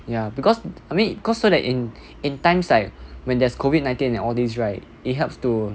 ya because I mean cause so that in in times like when there's COVID nineteen and all this right it helps to